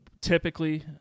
typically